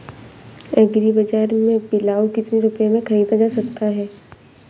Agree बाजार से पिलाऊ कितनी रुपये में ख़रीदा जा सकता है?